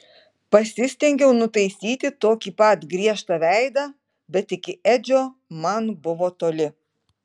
pasistengiau nutaisyti tokį pat griežtą veidą bet iki edžio man buvo toli